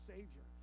Savior